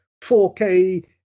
4K